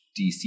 DC